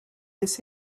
this